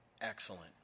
Excellent